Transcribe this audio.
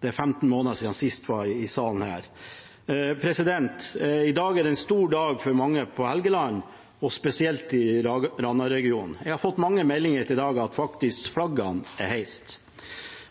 det er 15 måneder siden var i salen her. I dag er det en stor dag for mange på Helgeland og spesielt i Rana-regionen. Jeg har fått mange meldinger i dag om at flaggene faktisk er heist.